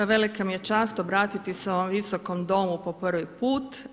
Velika mi je čast obratiti se ovom Visokom domu po prvi put.